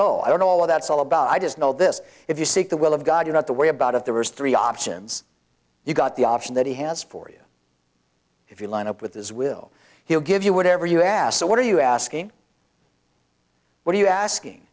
know i don't know all of that's all about i just know this if you seek the will of god you're not the way about if there was three options you got the option that he has for you if you line up with his will he will give you whatever you ask so what are you asking what are you asking